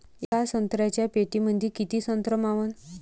येका संत्र्याच्या पेटीमंदी किती संत्र मावन?